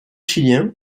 chilien